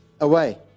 away